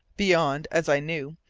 beyond, as i knew,